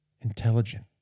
intelligent